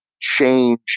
change